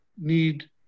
need